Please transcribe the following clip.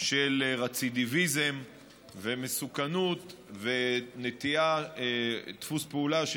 של רצידיביזם ומסוכנות ודפוס פעולה של